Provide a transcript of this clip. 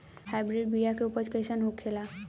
Hybrid बीया के उपज कैसन होखे ला?